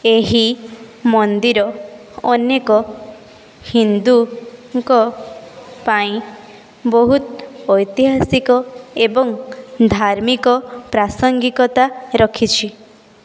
ଏହି ମନ୍ଦିର ଅନେକ ହିନ୍ଦୁଙ୍କ ପାଇଁ ବହୁତ ଐତିହାସିକ ଏବଂ ଧାର୍ମିକ ପ୍ରାସଙ୍ଗିକତା ରଖିଛି